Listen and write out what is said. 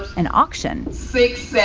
an auction six,